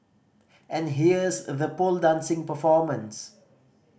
and here's the pole dancing performance